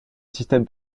système